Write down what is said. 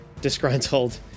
disgruntled